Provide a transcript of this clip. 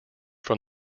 from